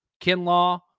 Kinlaw